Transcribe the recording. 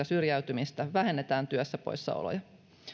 syrjäytymistä ja vähennetään työstä poissaoloja